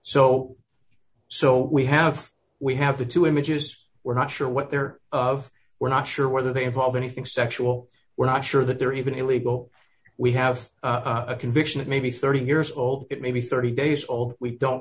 so so we have we have the two images we're not sure what they're of we're not sure whether they involve anything sexual we're not sure that they're even illegal we have a conviction it may be thirty years old it may be thirty days old we don't